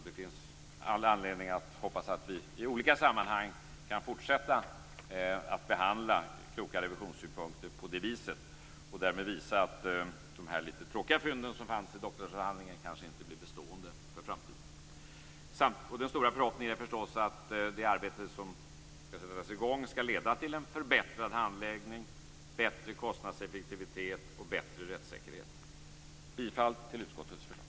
Det finns all anledning att hoppas att vi i olika sammanhang kan fortsätta att behandla kloka revisionssynpunkter på det viset och därmed visa att de lite tråkiga "fynden" i doktorsavhandlingen kanske inte blir bestående för framtiden. Den stora förhoppningen är förstås att det arbete som skall sättas i gång leder till en förbättrad handläggning, en bättre kostnadseffektivitet och en bättre rättssäkerhet. Jag yrkar bifall till utskottets hemställan.